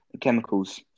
chemicals